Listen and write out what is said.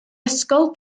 ysgol